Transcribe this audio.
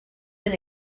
been